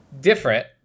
Different